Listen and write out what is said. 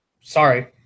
Sorry